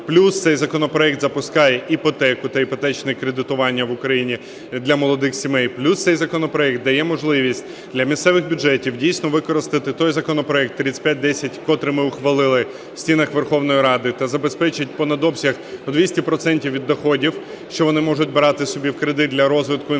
плюс цей законопроект запускає іпотеку та іпотечне кредитування в Україні для молодих сімей, плюс цей законопроект дає можливість для місцевих бюджетів дійсно використати той законопроект 3510, котрий ми ухвалили в стінах Верховної Ради та забезпечить понад обсяг в 200 процентів від доходів, що вони можуть брати собі в кредит для розвитку